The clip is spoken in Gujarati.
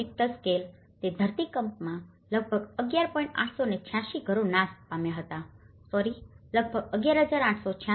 9 રિકટર સ્કેલ તે ધરતીકંપમાં લગભગ 11